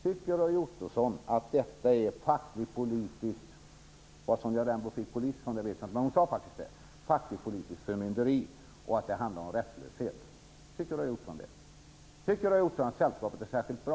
Tycker Roy Ottosson att detta är fackligt politiskt - var Sonja Rembo fick politiskt från vet jag inte, men hon sade faktiskt det - förmynderi och att det handlar om rättslöshet? Tycker Roy Ottosson att sällskapet är särskilt bra?